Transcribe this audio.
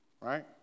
right